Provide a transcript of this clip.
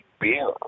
beer